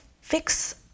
fix